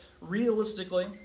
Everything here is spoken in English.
Realistically